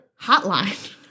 hotline